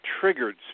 triggered